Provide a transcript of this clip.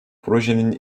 projenin